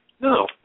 No